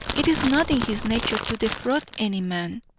it is not in his nature to defraud any man